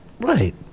Right